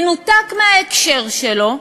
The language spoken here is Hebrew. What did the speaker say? מנותק מההקשר שלו,